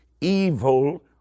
evil